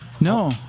No